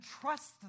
trust